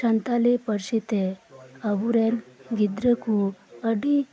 ᱥᱟᱱᱛᱟᱞᱤ ᱯᱟᱨᱥᱤ ᱛᱮ ᱟᱵᱚ ᱨᱮᱱ ᱜᱤᱫᱽᱨᱟᱹ ᱠᱚ ᱟᱰᱤ